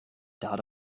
dot